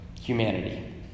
humanity